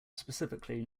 specifically